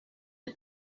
est